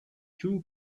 too